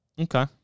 Okay